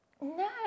No